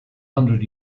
hundred